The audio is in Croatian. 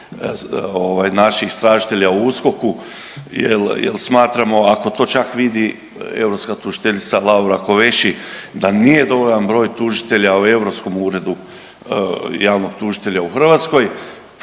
naših istražitelja u USKOK-u, jer smatramo ako to čak vidi europska tužiteljica Laura Kovesi da nije dovoljan broj tužitelja u Europskom uredu javnog tužitelja u Hrvatskoj,